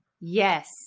Yes